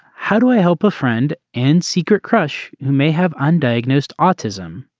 how do i help a friend and secret crush who may have undiagnosed autism.